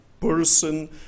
person